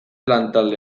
lantalde